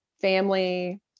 family